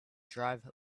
drive